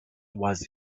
was